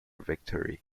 victory